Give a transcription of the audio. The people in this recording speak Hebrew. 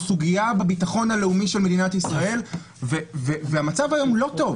זו סוגיה בביטחון הלאומי של מדינת ישראל והמצב היום לא טוב,